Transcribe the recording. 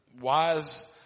wise